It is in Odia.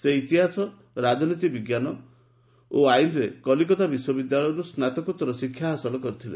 ସେ ଇତିହାସ ଏବଂ ରାଜନୀତି ବିଜ୍ଞାନ ଓ ଆଇନ୍ରେ କଲିକତା ବିଶ୍ୱବିଦ୍ୟାଳୟରୁ ସ୍ନାତକୋତ୍ତର ଶିକ୍ଷା ହାସଲ କରିଥିଲେ